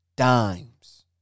Dimes